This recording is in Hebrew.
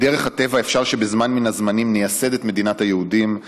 בדרך הטבע אפשר שבזמן מן הזמנים נייסד את מדינת היהודים,